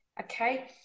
okay